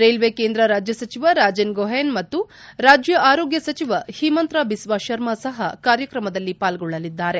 railway ಕೇಂದ್ರ ರಾಜ್ಯ ಸಚಿವ ರಾಜೆನ್ ಗೋಹೈನ್ ಮತ್ತು ರಾಜ್ಯ ಆರೋಗ್ಯ ಸಚಿವ ಹಿಮಂತ್ರ ಬಿಸ್ವಾ ಶರ್ಮಾ ಸಪ ಕಾರ್ಯಕ್ರಮದಲ್ಲಿ ಪಾಲ್ಗೊಳ್ಳಲಿದ್ದಾರೆ